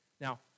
Now